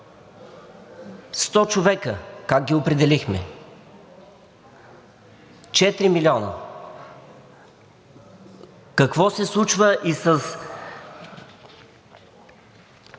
100 човека, как ги определихме 4 милиона? Какво се случва и с